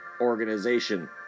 organization